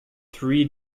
three